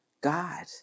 God